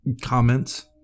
comments